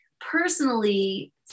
personally